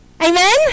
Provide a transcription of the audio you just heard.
Amen